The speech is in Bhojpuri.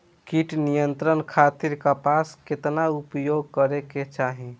कीट नियंत्रण खातिर कपास केतना उपयोग करे के चाहीं?